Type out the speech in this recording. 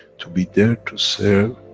to be there to serve,